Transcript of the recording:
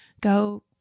go